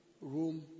room